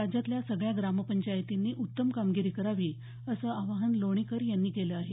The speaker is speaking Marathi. राज्यातल्या सगळ्या ग्रामपंचायतींनी उत्तम कामगिरी करावी असं आवाहन लोणीकर यांनी केलं आहे